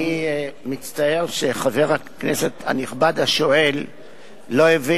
אני מצטער שחבר הכנסת הנכבד השואל לא הביא